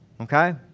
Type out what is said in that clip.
Okay